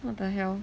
what the hell